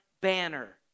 Banner